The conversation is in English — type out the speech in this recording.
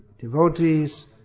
devotees